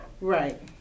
Right